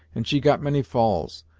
and she got many falls,